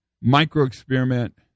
micro-experiment